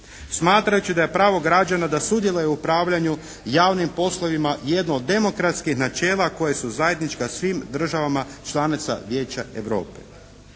Smatrajući da je pravo građana da sudjeluje u upravljanju javnim poslovima jedno od demokratskih načela koja su zajednička svim državama članica Vijeća Europe.